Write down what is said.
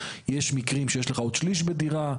יש מקרים שיש לך עוד שליש בדירה,